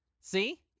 See